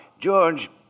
George